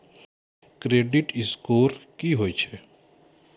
Credit score की होय छै?